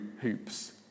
hoops